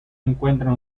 encuentran